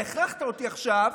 אתה הכרחת אותי עכשיו